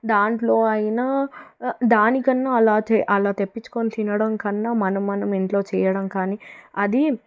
దాంట్లో అయినా దానికన్నా అలా అలా తెప్పించుకోని తినడం కన్నా మనం మనమే ఇంట్లో చేయడం కానీ అది